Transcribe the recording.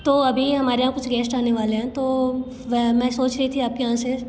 तो अभी हमारे यहाँ कुछ गेस्ट आने वाले हैं तो मैं मैं सोच रही थी आप के यहाँ से